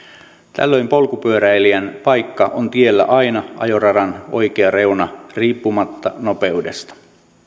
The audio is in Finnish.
tällöin polkupyöräilijän paikka on tiellä aina ajoradan oikea reuna riippumatta nopeudesta